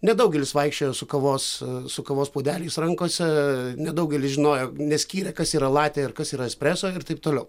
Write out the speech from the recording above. nedaugelis vaikščiojo su kavos su kavos puodeliais rankose nedaugelis žinojo neskyrė kas yra latė ir kas yra espreso ir taip toliau